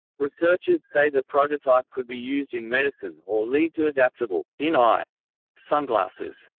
researchers say the prototype could be used in medicine, or lead to adaptable in-eye sunglasses.